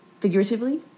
figuratively